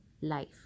Life